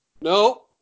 no